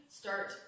start